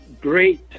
Great